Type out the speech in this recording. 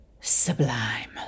sublime